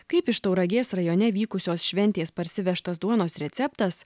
kaip iš tauragės rajone vykusios šventės parsivežtas duonos receptas